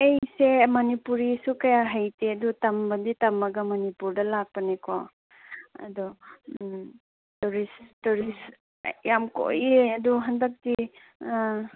ꯑꯩꯁꯦ ꯃꯅꯤꯄꯨꯔꯤꯁꯨ ꯀꯌꯥ ꯍꯩꯇꯦ ꯑꯗꯨ ꯇꯝꯕꯗꯤ ꯇꯝꯃꯒ ꯃꯅꯤꯄꯨꯔꯗ ꯂꯥꯛꯄꯅꯤꯀꯣ ꯑꯗꯣ ꯎꯝ ꯇꯨꯔꯤꯁ ꯇꯨꯔꯤꯁ ꯌꯥꯝ ꯀꯨꯏꯌꯦ ꯑꯗꯨ ꯍꯟꯗꯛꯇꯤ